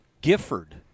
Gifford